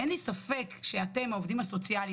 ואחר כך אנחנו רואים שההתקדמות עוד ממשיכה,